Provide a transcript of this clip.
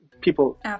people